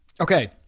Okay